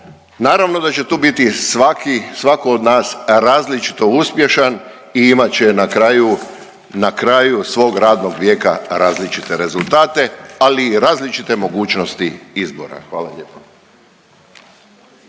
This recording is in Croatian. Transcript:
naravno da će tu biti svatko od nas različito uspješan i imat će na kraju svog radnog vijeka različite rezultate ali i različite mogućnosti izbora. Hvala lijepo.